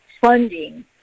funding